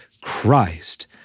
Christ